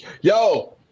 yo